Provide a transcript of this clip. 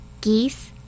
geese